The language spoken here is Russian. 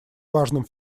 важным